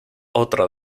otra